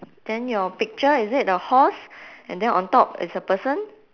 then your picture is it a horse and then on top it's a person